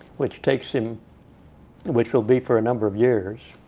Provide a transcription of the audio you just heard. which takes him which will be for a number of years.